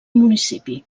municipi